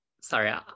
Sorry